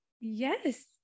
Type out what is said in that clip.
Yes